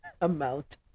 amount